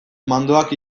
mandoak